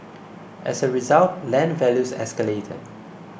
as a result land values escalated